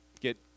get